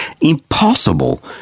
impossible